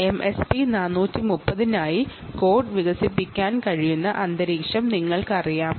MSP 430 നായി code വികസിപ്പിക്കാൻ കഴിയുന്ന അന്തരീക്ഷം നിങ്ങൾക്കറിയാം